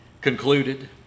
concluded